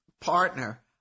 partner